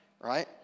right